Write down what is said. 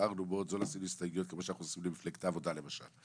נזהרנו מאוד לא לשים הסתייגויות כמו שאנחנו עושים למפלגת העבודה למשל.